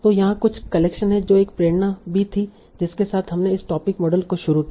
तो यहाँ कुछ कलेक्शन है जो एक प्रेरणा भी थी जिसके साथ हमने इन टोपिक मॉडल को शुरू किया